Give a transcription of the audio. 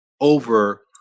over